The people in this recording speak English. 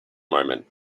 moment